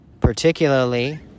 particularly